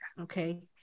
Okay